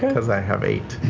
because i have eight.